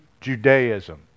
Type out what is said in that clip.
Judaism